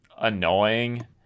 annoying